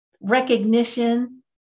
recognition